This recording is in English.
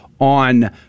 on